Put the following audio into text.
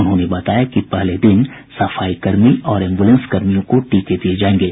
उन्होंने बताया कि पहले दिन सफाईकर्मी और एम्बुलेंसकर्मियों को टीके दिये जायेंगे